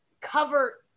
cover